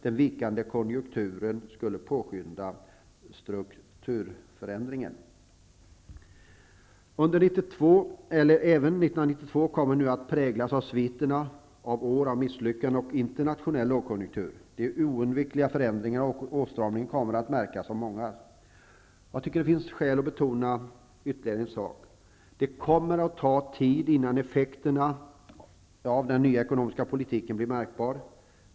Den vikande konjunkturen skulle påskynda strukturförändringen. Även 1992 kommer att präglas av sviterna efter år av misslyckanden och internationell lågkonjunktur. De oundvikliga förändringarna och åtstramningarna kommer att märkas av många. Jag tycker att det finns skäl att betona ytterligare en sak. Det kommer att ta tid innan effekterna av den nya ekonomiska politiken blir märkbara.